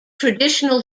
traditional